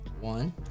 one